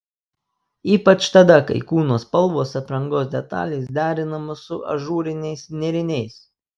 ypač tada kai kūno spalvos aprangos detalės derinamos su ažūriniais nėriniais